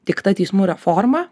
teikta teismų reforma